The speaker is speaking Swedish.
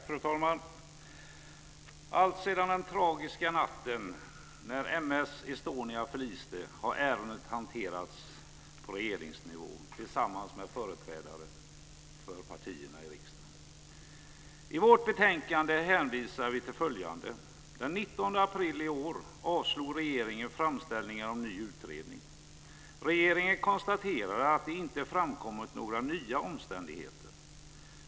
Fru talman! Alltsedan den tragiska natten när M/S Estonia förliste har ärendet hanterats på regeringsnivå, tillsammans med företrädare för partierna i riksdagen. I vårt betänkande hänvisar vi till följande: Den 19 april i år avslog regeringen framställningar om en ny utredning. Regeringen konstaterade att det inte framkommit några nya omständigheter.